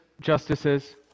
Justices